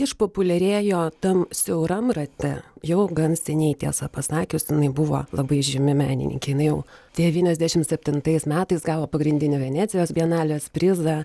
išpopuliarėjo tam siauram rate jau gan seniai tiesą pasakius inai buvo labai žymi menininkė jinai jau devyniasdešim septintais metais gavo pagrindinį venecijos bienalės prizą